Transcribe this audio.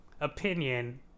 opinion